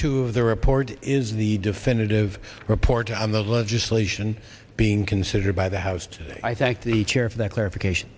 of the report is the definitive report on the legislation being considered by the house today i thank the chair for the clarification